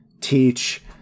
teach